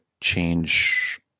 Change